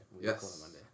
Yes